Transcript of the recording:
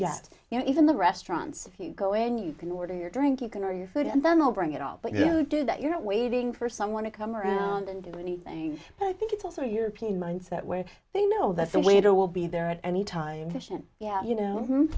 just you know even the restaurants if you go in you can order your drink you can or your food and then i'll bring it all but you do that you're waiting for someone to come around and do anything but i think it's also european mindset where they know that the waiter will be there at any time